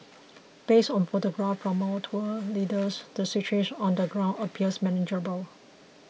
based on photographs from our tour leaders the situation on the ground appears manageable